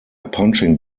punching